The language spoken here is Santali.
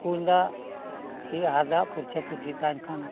ᱠᱩᱧ ᱫᱟᱜ ᱠᱤ ᱟᱦᱟᱨ ᱫᱟᱜ ᱯᱷᱩᱨᱪᱟᱹᱼᱯᱷᱩᱨᱪᱤ ᱛᱟᱦᱮᱱ ᱠᱷᱟᱱ